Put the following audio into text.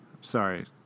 sorry